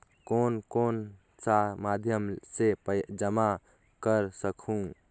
कौन कौन सा माध्यम से जमा कर सखहू?